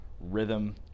rhythm